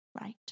Right